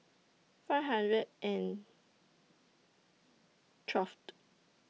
five hundred and twelve